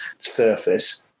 surface